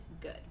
good